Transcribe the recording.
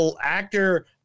Actor